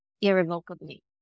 irrevocably